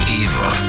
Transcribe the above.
evil